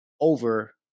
over